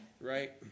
Right